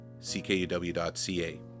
ckuw.ca